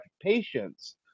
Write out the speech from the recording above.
patients